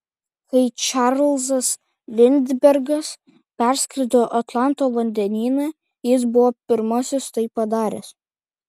kai čarlzas lindbergas perskrido atlanto vandenyną jis buvo pirmasis tai padaręs